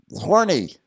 horny